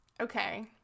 Okay